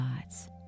thoughts